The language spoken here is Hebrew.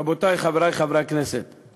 רבותי, חברי חברי הכנסת,